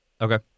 Okay